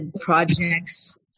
projects